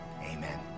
amen